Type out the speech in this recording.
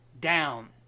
down